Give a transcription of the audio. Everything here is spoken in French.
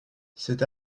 cet